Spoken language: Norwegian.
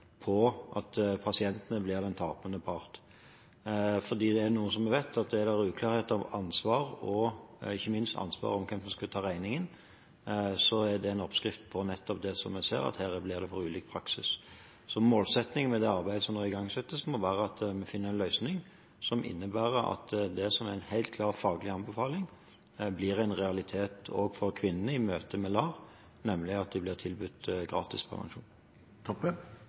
på at pasientene blir den tapende part. For dette er noe vi vet: Er det uklarhet om ansvar og ikke minst om hvem som skal ta ansvar for regningen, blir det ulik praksis – og det ser vi nettopp her. Så målsettingen med det arbeidet som nå igangsettes, må være at en finner en løsning som innebærer at det som er en helt klar faglig anbefaling, blir en realitet også for kvinnene i møte med LAR, nemlig at de blir tilbudt